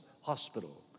hospital